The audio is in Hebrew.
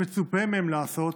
שמצופה מהם לעשות,